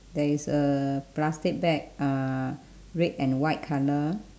there is a plastic bag uh red and white colour